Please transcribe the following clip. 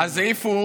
אז העיפו